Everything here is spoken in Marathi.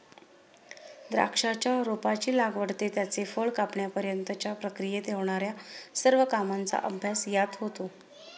द्राक्षाच्या रोपाची लागवड ते त्याचे फळ कापण्यापर्यंतच्या प्रक्रियेत होणार्या सर्व कामांचा अभ्यास यात होतो